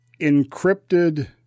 encrypted